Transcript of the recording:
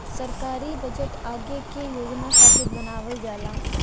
सरकारी बजट आगे के योजना खातिर बनावल जाला